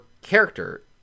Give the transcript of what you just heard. character